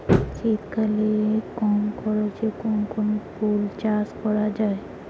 শীতকালে কম খরচে কোন কোন ফুল চাষ করা য়ায়?